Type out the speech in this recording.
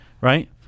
right